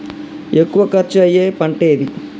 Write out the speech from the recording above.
ఎక్కువ ఖర్చు అయ్యే పంటేది?